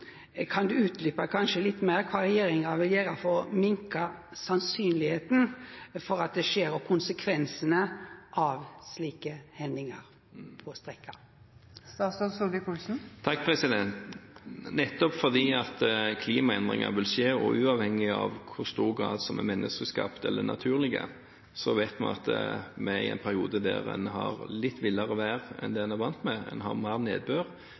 Kan statsråden kanskje utdjupa litt meir kva regjeringa vil gjera for å minka risikoen for at det skjer, og minka konsekvensane av slike hendingar? Nettopp fordi klimaendringer vil skje, og uavhengig av i hvor stor grad de er menneskeskapte eller naturlige, vet vi at vi er i en periode der en har litt villere vær enn det en er vant med, en har mer nedbør,